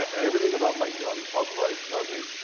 everything about my young pub life tells me,